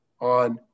on